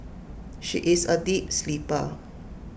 she is A deep sleeper